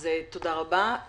תודה רבה.